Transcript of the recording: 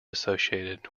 associated